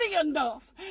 enough